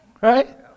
Right